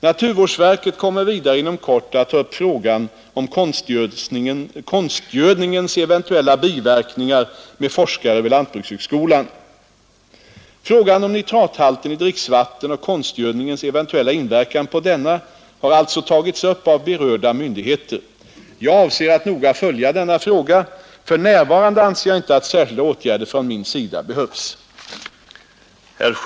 Naturvårdsverket kommer vidare inom kort att ta upp frågan om konstgödningens eventuella biverkningar med forskare vid lantbrukshögskolan. Frågan om nitrathalten i dricksvatten och konstgödningens eventuella inverkan på denna har alltså tagits upp av berörda myndigheter. Jag avser att noga följa denna fråga. För närvarande anser jag inte att särskilda åtgärder från min sida behövs.